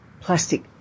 plastic